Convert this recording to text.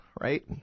right